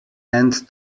end